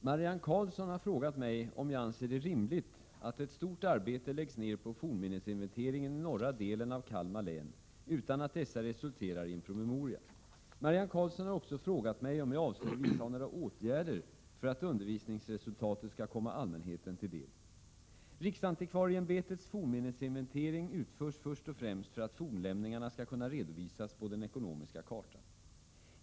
Herr talman! Marianne Karlsson har frågat mig om jag anser det rimligt att ett stort arbete läggs ned på fornminnesinventeringen i norra delen av Kalmar län, utan att detta resulterar i en promemoria. Marianne Karlsson har också frågat mig om jag avser att vidta några åtgärder för att undersökningsresultatet skall komma allmänheten till del. Riksantikvarieämbetets fornminnesinventering utförs först och främst för att fornlämningarna skall kunna redovisas på den ekonomiska kartan.